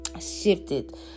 shifted